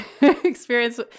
experience